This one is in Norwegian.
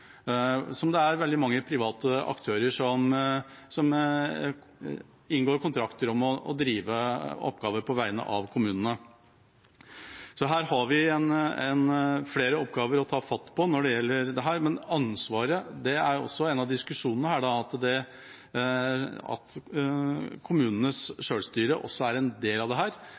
Det er veldig mange private aktører som inngår kontrakter om å gjøre oppgaver på vegne av kommunene. Så vi har flere oppgaver å ta fatt på når det gjelder dette. Men en av diskusjonene knyttet til dette handler også om ansvar, og at kommunenes selvstyre også er en del av dette. Hvilken innsats skal vi legge i å gi dem veiledere? Den oppdateres jo kontinuerlig. Men det